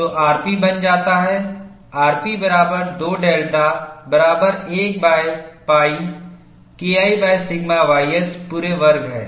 तो rp बन जाता है rp बराबर 2 डेल्टा बराबर 1pi KI सिग्मा ys पूरे वर्ग है